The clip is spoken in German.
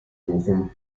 bochum